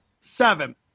Seven